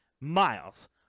miles